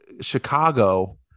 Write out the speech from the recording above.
Chicago